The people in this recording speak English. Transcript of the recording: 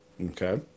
Okay